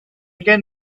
can